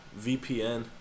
VPN